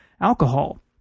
alcohol